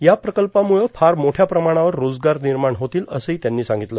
या प्रकल्पामुळं फार मोठया प्रमाणावर रोजगार निर्माण होतील असंही त्यांनी सांगितलं